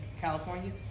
california